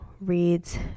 reads